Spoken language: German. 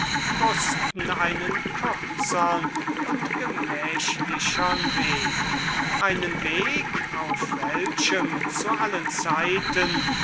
einen kürzern und bequemern weg einen weg auf welchem zu allen zeiten